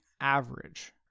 average